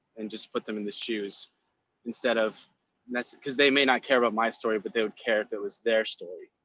and just put them in the shoes instead of nestle, because they may not care about my story, but they would care if it was their story.